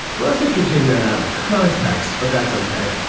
well, i think you're taking that out of context, but that's ok.